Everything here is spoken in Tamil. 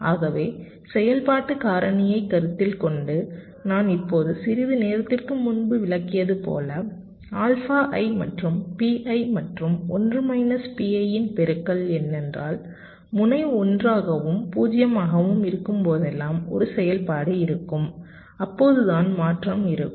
ஆகவே செயல்பாட்டு காரணியை கருத்தில் கொண்டு நான் இப்போது சிறிது நேரத்திற்கு முன்பு விளக்கியது போல் ஆல்பா i என்பது Pi மற்றும் 1 மைனஸ் Pi இன் பெருக்கள் ஏனென்றால் முனை 1 ஆகவும் 0 ஆகவும் இருக்கும்போதெல்லாம் ஒரு செயல்பாடு இருக்கும் அப்போதுதான் மாற்றம் இருக்கும்